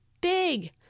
big